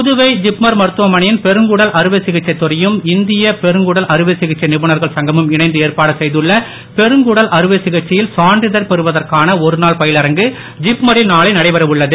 Puduvai JIPMER மருத்துவமனையின் பெருங்குடல் அறுவை சிகிச்சைத் துறையும் இந்திய பெருங்குடல் அறுவை சிகிச்சை நிபுணர்கள் சங்கமும் இணைந்து ஏற்பாடு செய்துள்ள பெருங்குடல் அறுவை சிகிச்சையில் சான்றிதழ் பெறுவதற்கான ஒருநாள் பயிலரங்கு ஜிப்மரில் நாளை நடைபெறவுள்ளது